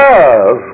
Love